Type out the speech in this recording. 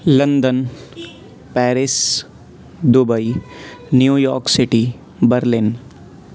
London Paris Dubai New York city Berlin